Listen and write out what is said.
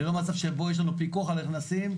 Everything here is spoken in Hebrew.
ללא מצב שבו יש לנו פיקוח על הנכנסים,